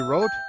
wrote,